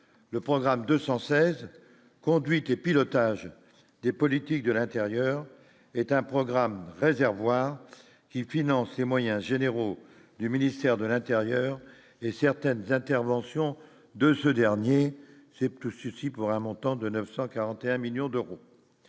le programme 216 conduite et pilotage des politiques de l'Intérieur est un programme réservoir qui moyens généraux du ministère de l'Intérieur et certaines interventions de ce dernier, c'est tout ceci pour un montant de 941 millions d'euros